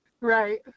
Right